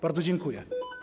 Bardzo dziękuję.